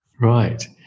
Right